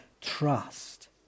trust